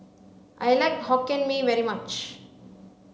I like hokkien mee very much